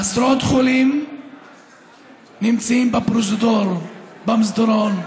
עשרות חולים נמצאים בפרוזדור, במסדרון.